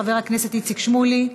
חבר הכנסת איציק שמולי,